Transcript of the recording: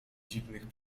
dziwnych